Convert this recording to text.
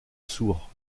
sur